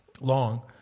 long